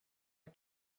are